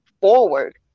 forward